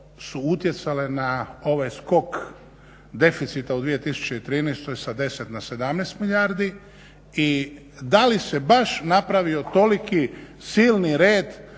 su utjecale na ovaj skok deficita u 2013.sa 10 na 17 milijardi i da li se baš napravio toliki silni red